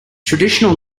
traditional